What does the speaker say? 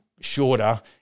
shorter